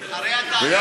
אדוני ראש הממשלה,